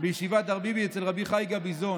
בישיבת דאר ביבי אצל רבי חי גביזון.